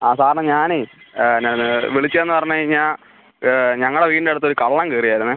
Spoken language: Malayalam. ആ സാറെ ഞാനേ ഞാൻ വിളിച്ചതെന്ന് പറഞ്ഞ് കഴിഞ്ഞാൽ ഞങ്ങളുടെ വീടിൻ്റെ അടുത്ത് ഒരു കള്ളൻ കയറിയായിരുന്നേ